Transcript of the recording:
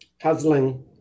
puzzling